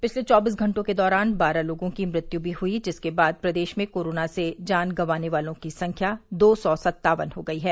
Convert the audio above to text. पिछले चौबीस घंटों के दौरान बारह लोगों की मृत्यु भी हुई जिसके बाद प्रदेश ा में कोरोना से जान गवाने वालों की संख्या दो सौ सत्तावन हो गयी है